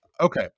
Okay